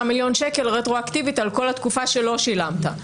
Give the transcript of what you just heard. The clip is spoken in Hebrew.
מיליון שקלים רטרואקטיבית על כל התקופה שלא שילמת.